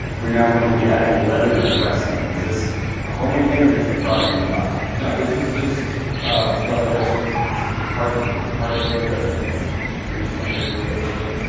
we're now going to be adding leather dressing. is this a homemade thing or just a product that you buy? no, this is just leather dressing. it's this is pecard's pecard's leather dressing. it's pretty standard for whip making.